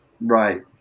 Right